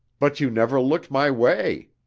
but you never looked my way.